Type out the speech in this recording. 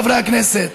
חברי הכנסת.